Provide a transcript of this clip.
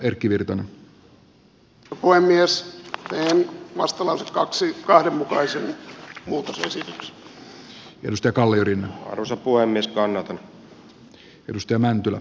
ensin äänestetään pykälän sisältöä koskevasta erkki virtasen ehdotuksesta ja sen jälkeen pykälän poistamista koskevasta hanna mäntylän ehdotuksesta